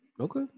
okay